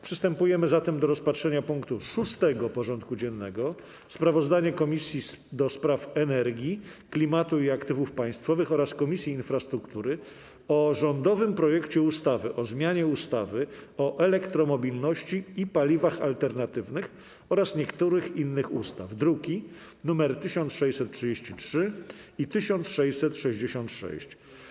Przystępujemy do rozpatrzenia punktu 6. porządku dziennego: Sprawozdanie Komisji do Spraw Energii, Klimatu i Aktywów Państwowych oraz Komisji Infrastruktury o rządowym projekcie ustawy o zmianie ustawy o elektromobilności i paliwach alternatywnych oraz niektórych innych ustaw (druki nr 1633 i 1666)